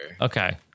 okay